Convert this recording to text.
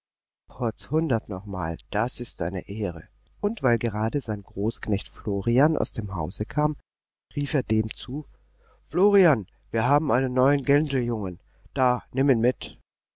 potzhundert noch mal das ist eine ehre und weil gerade sein großknecht florian aus dem hause kam rief er dem zu florian wir haben einen neuen gänsejungen da nimm ihn mit